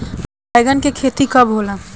बैंगन के खेती कब होला?